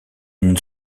une